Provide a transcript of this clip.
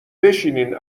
بشینین